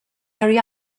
hurry